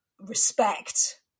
respect